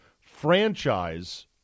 franchise